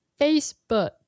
Facebook